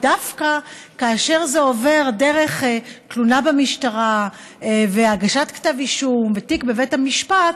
דווקא כאשר זה עובר דרך תלונה במשטרה והגשת כתב אישום ותיק בבית המשפט,